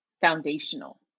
foundational